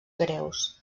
greus